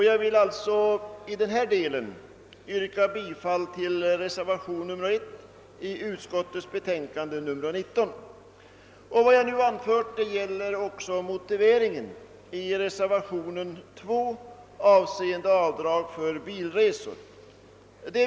Jag vill alltså i den här delen yrka bifall till reservationen 1 i utskottets betänkande ör 19; Vad jag nu anfört gäller också motiveringen i reservationen 2 avseende avdrag för bilresor.